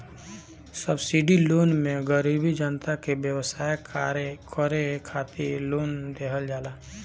subsidy loan मे गरीब जनता के व्यवसाय करे खातिर लोन देहल जाला